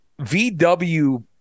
VW